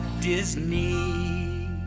Disney